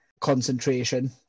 concentration